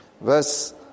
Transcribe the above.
Verse